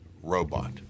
robot